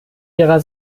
ihrer